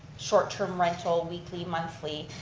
short term rental, weekly, monthly,